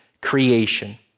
creation